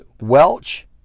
welch